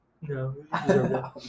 No